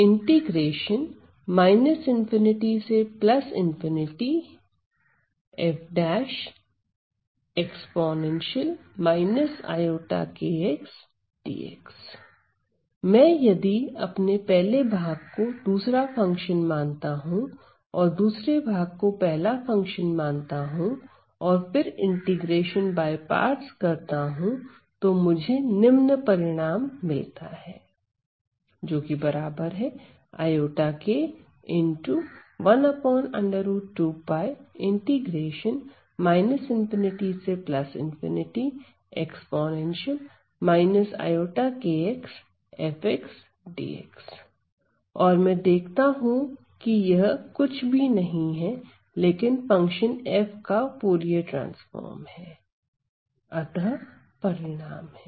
उत्पत्ति मैं यदि अपने पहले भाग को दूसरा फंक्शन मानता हूं और दूसरे भाग को पहला फंक्शन मानता हूं और फिर इंटीग्रेशन बाय पार्ट्स करता हूं तो मुझे निम्न परिणाम मिलता है और मैं देखता हूं की यह कुछ भी नहीं है लेकिन फंक्शन f का फूरिये ट्रांसफॉर्म हैअतः परिणाम है